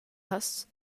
hast